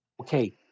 Okay